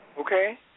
Okay